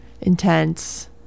intense